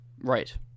Right